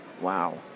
Wow